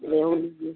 रेहू लीजिए